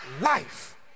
life